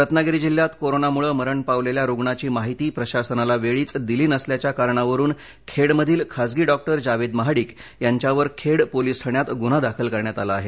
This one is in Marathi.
त्नागिरी जिल्ह्यात कोरोनामुळे मरण पावलेल्या रुग्णाची माहिती प्रशासनाला वेळीच दिली नसल्याच्या कारणावरून खेडमधील खासगी डॉक्टर जावेद महाडिक यांच्यावर खेड पोलीस ठाण्यात गुन्हा दाखल करण्यात आला आहे